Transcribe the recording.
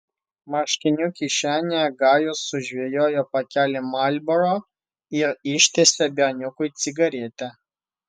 marškinių kišenėje gajus sužvejojo pakelį marlboro ir ištiesė berniukui cigaretę